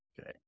Okay